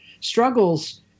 struggles